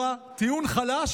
ליד שורה: טיעון חלש,